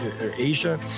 Asia